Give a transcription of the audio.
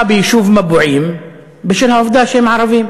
ביישוב מבועים בשל העובדה שהם ערבים.